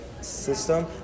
system